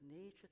nature